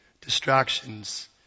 distractions